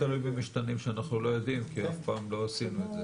תלוי במשתנים שאנחנו לא יודעים כי אף פעם לא עשינו את זה.